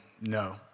no